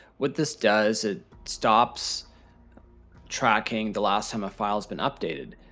what this does it stops tracking the last time a file has been updated.